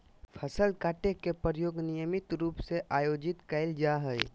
फसल काटे के प्रयोग नियमित रूप से आयोजित कइल जाय हइ